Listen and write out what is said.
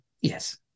Yes